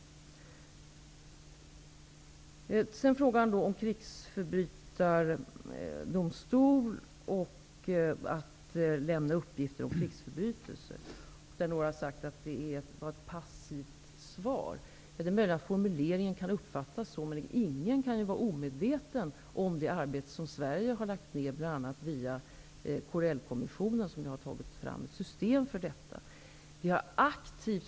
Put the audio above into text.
Några av interpellanterna har sagt att mitt svar var passivt i fråga om en krigsförbrytardomstol och möjligheten att lämna uppgifter om krigsförbrytelser. Det är möjligt att formuleringen i svaret kan uppfattas som passiv, men ingen kan vara omedveten om det arbete som Sverige i det här sammanhanget har lagt ner, bl.a. via Corellkommissionen, som ju har tagit fram ett system för detta.